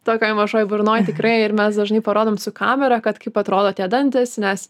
tokioj mažoj burnoj tikrai ir mes dažnai parodom su kamera kad kaip atrodo tie dantys nes